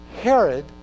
Herod